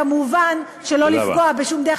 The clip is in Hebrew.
תודה רבה.